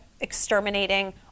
exterminating